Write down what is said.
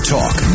Talk